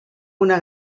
una